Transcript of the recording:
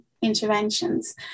interventions